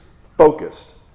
focused